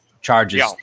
charges